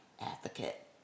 advocate